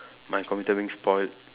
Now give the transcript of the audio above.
my computer being spoilt